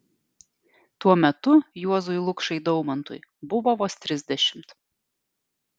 tuo metu juozui lukšai daumantui buvo vos trisdešimt